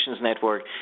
network